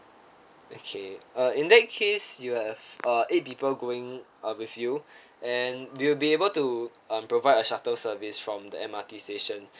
okay uh in that case you have uh eight people going uh with you and we'll be able to um provide a shuttle service from the M_R_T station